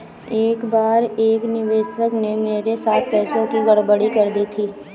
एक बार एक निवेशक ने मेरे साथ पैसों की गड़बड़ी कर दी थी